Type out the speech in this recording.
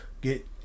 get